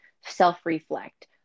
self-reflect